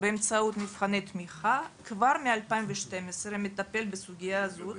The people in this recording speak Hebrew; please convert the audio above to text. באמצעות מבחני תמיכה כבר מ-2012 מטפל בסוגיה הזאת